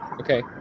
Okay